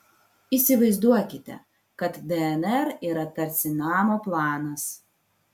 įsivaizduokite kad dnr yra tarsi namo planas